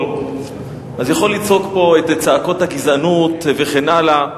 יכול לצעוק פה את צעקות הגזענות וכן הלאה.